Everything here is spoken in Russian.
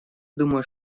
думаю